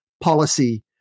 policy